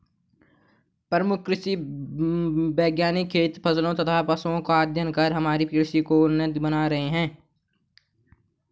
प्रमुख कृषि वैज्ञानिक खेती फसलों तथा पशुओं का अध्ययन कर हमारी कृषि को उन्नत बना रहे हैं